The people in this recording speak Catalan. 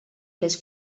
les